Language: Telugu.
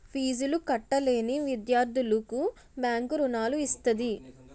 ఫీజులు కట్టలేని విద్యార్థులకు బ్యాంకు రుణాలు ఇస్తది